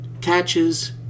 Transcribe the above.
catches